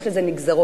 יש לזה נגזרות.